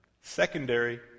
Secondary